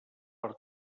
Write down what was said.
per